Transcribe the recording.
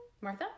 Martha